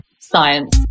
Science